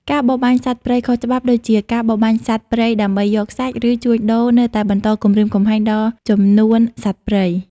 ការបរបាញ់សត្វព្រៃខុសច្បាប់ដូចជា ការបរបាញ់សត្វព្រៃដើម្បីយកសាច់ ឬជួញដូរនៅតែបន្តគំរាមកំហែងដល់ចំនួនសត្វព្រៃ។